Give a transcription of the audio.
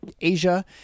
Asia